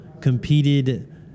competed